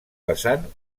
vessant